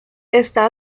está